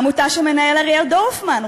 העמותה שמנהל אריאל דורפמן,